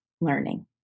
learning